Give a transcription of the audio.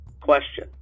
Question